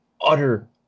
utter